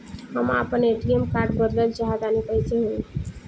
हम आपन ATM card बदलल चाह तनि कइसे होई?